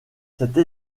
cette